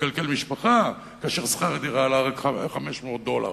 לכלכל משפחה, כאשר שכר הדירה היה רק 500 דולר,